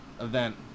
event